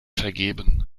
vergeben